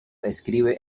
escribe